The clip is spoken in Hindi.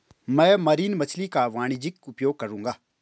मैं मरीन मछली का वाणिज्यिक उपयोग करूंगा